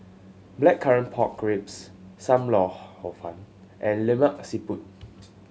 Blackcurrant Pork Ribs Sam Lau Hor Fun and Lemak Siput